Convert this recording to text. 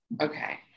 Okay